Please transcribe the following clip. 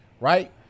right